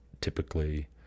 typically